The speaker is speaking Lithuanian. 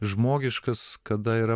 žmogiškas kada yra